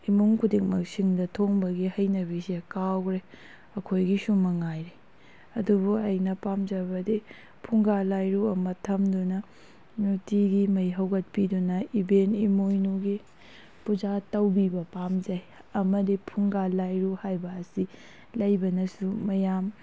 ꯏꯃꯨꯡ ꯈꯨꯗꯤꯡꯃꯛ ꯁꯤꯡꯗ ꯊꯣꯡꯕꯒꯤ ꯍꯩꯅꯕꯤꯁꯦ ꯀꯥꯎꯈ꯭ꯔꯦ ꯑꯩꯈꯣꯏꯒꯤꯁꯨ ꯃꯉꯥꯏꯔꯦ ꯑꯗꯨꯕꯨ ꯑꯩꯅ ꯄꯥꯝꯖꯕꯗꯤ ꯐꯨꯡꯒꯥ ꯂꯥꯏꯔꯨ ꯑꯃ ꯊꯝꯗꯨꯅ ꯅꯨꯡꯇꯤꯒꯤ ꯃꯩ ꯍꯧꯒꯠꯄꯤꯗꯨꯅ ꯏꯕꯦꯟ ꯏꯃꯣꯏꯅꯨꯒꯤ ꯄꯨꯖꯥ ꯇꯧꯕꯤꯕ ꯄꯥꯝꯖꯩ ꯑꯃꯗꯤ ꯐꯨꯡꯒꯥ ꯂꯥꯏꯔꯨ ꯍꯥꯏꯕ ꯑꯁꯤ ꯂꯩꯕꯅꯁꯨ ꯃꯌꯥꯝ